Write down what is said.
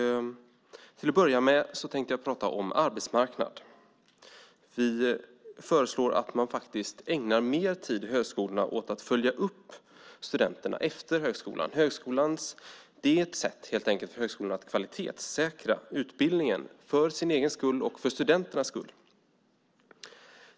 Till att börja med tänkte jag prata om arbetsmarknaden. Vi föreslår att man faktiskt ägnar mer tid i högskolorna åt att följa upp studenterna efter högskolan. Det är ett sätt för högskolan att kvalitetssäkra utbildningen för sin egen skull och för studenternas skull.